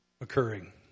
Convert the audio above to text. occurring